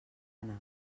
anar